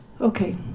Okay